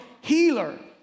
healer